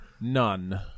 None